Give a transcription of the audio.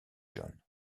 john